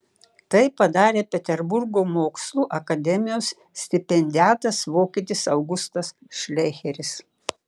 tai padarė peterburgo mokslų akademijos stipendiatas vokietis augustas šleicheris